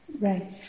Right